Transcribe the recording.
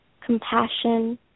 compassion